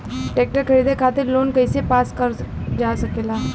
Tractor खरीदे खातीर loan कइसे पास करल जा सकेला?